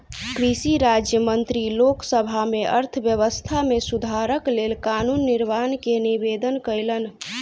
कृषि राज्य मंत्री लोक सभा में अर्थव्यवस्था में सुधारक लेल कानून निर्माण के निवेदन कयलैन